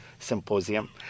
symposium